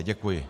Děkuji.